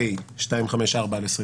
פ/254/24,